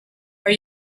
are